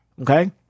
Okay